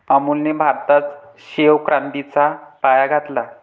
अमूलने भारतात श्वेत क्रांतीचा पाया घातला